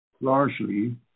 largely